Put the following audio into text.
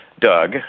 Doug